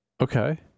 Okay